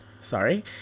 sorry